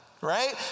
right